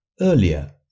earlier